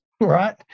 right